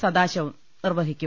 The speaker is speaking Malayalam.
സദാശിവം നിർവഹിക്കും